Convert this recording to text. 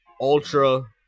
ultra